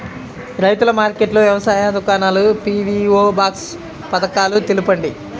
రైతుల మార్కెట్లు, వ్యవసాయ దుకాణాలు, పీ.వీ.ఓ బాక్స్ పథకాలు తెలుపండి?